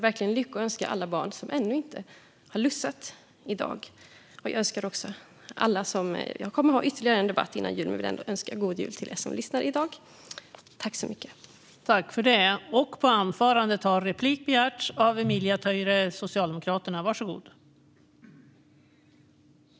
Jag önskar alla barn som ännu inte har lussat lycka till i dag. Jag kommer att delta i ytterligare en debatt före jul, men jag vill ändå önska dem som lyssnar i dag god jul.